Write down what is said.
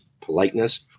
politeness